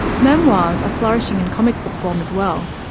memoirs are flourishing in comic book form as well.